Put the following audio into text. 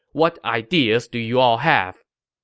what ideas do you all have?